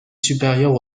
supérieure